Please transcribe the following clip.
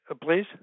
Please